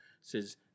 Says